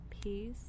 peace